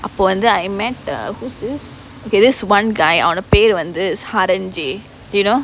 அப்போ வந்து:appo vanthu I met a hostess okay this one guy அவனு பெரு வந்து:avanu peru vanthu haran J you know